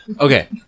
Okay